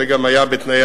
זה גם היה בתנאי